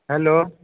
hello